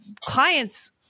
clients